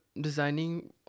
designing